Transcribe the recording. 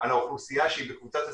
על האוכלוסייה שהיא בקבוצת הסיכון,